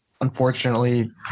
unfortunately